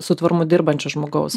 su tvarumu dirbančio žmogaus